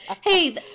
hey